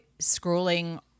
scrolling